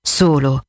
solo